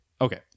Okay